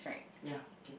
ya okay